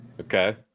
Okay